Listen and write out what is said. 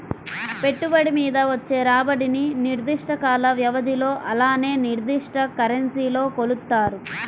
పెట్టుబడి మీద వచ్చే రాబడిని నిర్దిష్ట కాల వ్యవధిలో అలానే నిర్దిష్ట కరెన్సీలో కొలుత్తారు